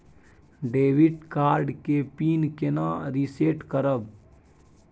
Debit card के पिन केना रिसेट करब?